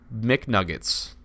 McNuggets